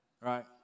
right